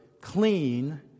clean